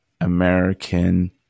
American